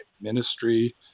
ministry